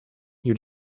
you